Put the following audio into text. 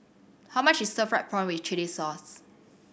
how much is stir fried prawn with chili sauce